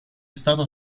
stato